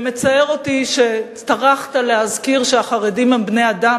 מצער אותי שטרחת להזכיר שהחרדים הם בני-אדם,